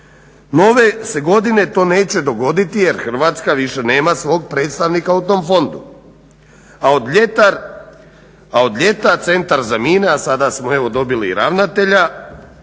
ove se godine to neće dogoditi jer Hrvatska više nema svog predstavnika u tom fondu. A od ljeta Centar za mine, a sada smo evo dobili i ravnatelja